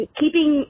keeping